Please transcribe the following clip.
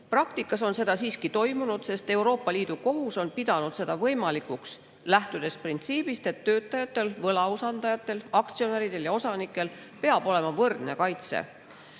Praktikas on seda siiski toimunud, sest Euroopa Liidu kohus on pidanud seda võimalikuks, lähtudes printsiibist, et töötajatel, võlausaldajatel, aktsionäridel ja osanikel peab olema võrdne kaitse.